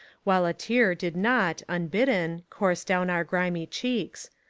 while a tear did not, unbidden, course down our grimy cheeks.